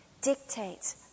dictates